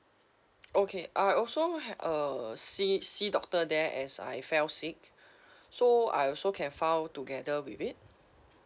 okay i also ha~ uh see see doctor there as I fell sick so I also can file together with it